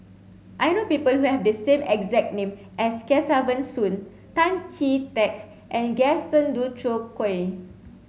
I know people who have the same exact name as Kesavan Soon Tan Chee Teck and Gaston Dutronquoy